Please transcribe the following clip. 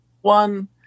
one